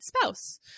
spouse